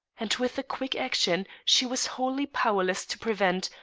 and with a quick action, she was wholly powerless to prevent,